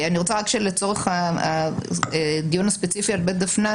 אני רוצה רק שלצורך הדיון הספציפי על בית דפנה,